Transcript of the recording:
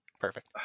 Perfect